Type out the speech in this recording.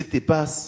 "סיטיפס"